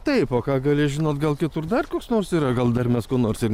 taip o ką gali žinot gal kitur dar koks nors yra gal dar mes ko nors ir